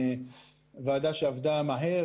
ועדה שעבדה מהר,